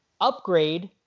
upgrade